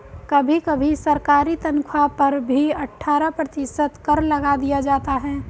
कभी कभी सरकारी तन्ख्वाह पर भी अट्ठारह प्रतिशत कर लगा दिया जाता है